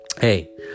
Hey